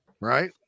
right